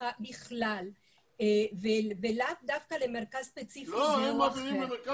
ומשפחה בכלל ולאו דווקא למרכז ספציפי זה או אחר.